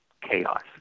chaos